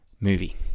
movie